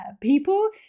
people